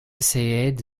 essayaient